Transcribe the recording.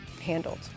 handled